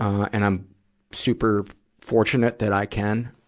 and i'm super fortunate that i can.